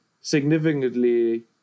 significantly